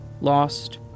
lost